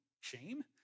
Shame